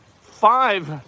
five